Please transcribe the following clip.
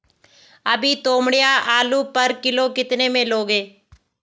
अभी तोमड़िया आलू पर किलो कितने में लोगे?